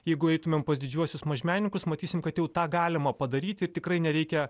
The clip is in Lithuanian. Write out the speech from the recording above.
jeigu eitumėm pas didžiuosius mažmenininkus matysim kad jau tą galima padaryti ir tikrai nereikia